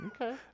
Okay